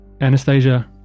Anastasia